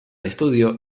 estudio